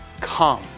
Come